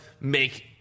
make